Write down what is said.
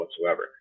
whatsoever